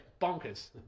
Bonkers